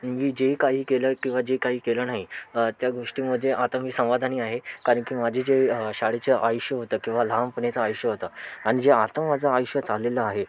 मी जे काही केलं किंवा जे काही केलं नाही त्या गोष्टीमध्ये आता मी समाधानी आहे कारण की माझे जे शाळेचं आयुष्य होतं किंवा लहानपणीच आयुष्य होतं आणि जे आता माझं आयुष्य चाललेलं आहे